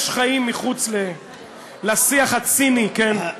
יש חיים מחוץ לשיח הציני, כן?